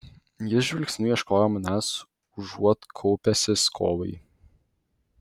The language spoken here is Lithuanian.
jis žvilgsniu ieškojo manęs užuot kaupęsis kovai